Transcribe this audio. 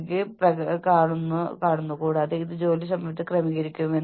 നിങ്ങളുടെ കണ്ണുകൾ അടയ്ക്കുക ആഴത്തിലുള്ള ശ്വാസം എടുക്കുക